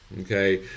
Okay